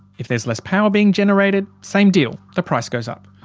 if there's less power being generated, same deal, the price goes up.